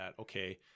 okay